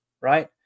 right